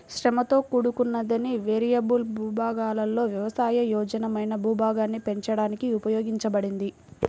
శ్రమతో కూడుకున్నది, వేరియబుల్ భూభాగాలలో వ్యవసాయ యోగ్యమైన భూభాగాన్ని పెంచడానికి ఉపయోగించబడింది